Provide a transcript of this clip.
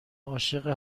عاشق